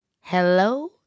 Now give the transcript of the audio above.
Hello